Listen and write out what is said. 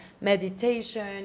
meditation